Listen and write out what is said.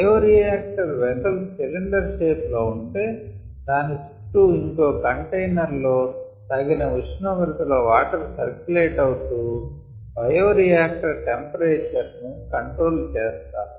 bioreactor vessel cylinder shape లో ఉంటే దాని చుట్టూ ఇంకో కంటైనర్ లో తగిన ఉష్ణోగ్రత లో వాటర్ సర్క్యులేట్ అవుతూ బయోరియాక్టర్ టెంపరేచర్ ను కంట్రోల్ చేస్తారు